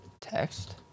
Text